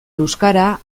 euskara